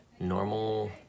normal